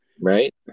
Right